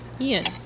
Ian